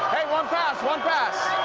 one pass, one pass.